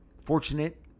fortunate